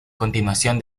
continuación